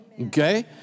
Okay